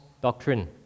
doctrine